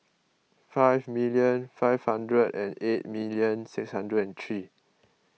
five million five hundred and eight million six hundred and three